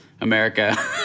America